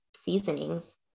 seasonings